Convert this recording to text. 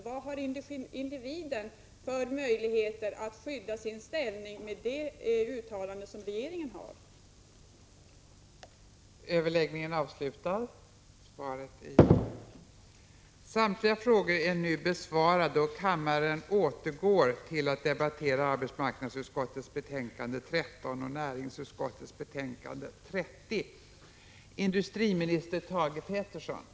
Vad har individen för möjligheter att skydda sin ställning med det uttalande som regeringen har gjort?